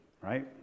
right